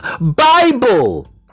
Bible